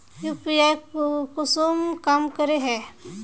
UPI कुंसम काम करे है?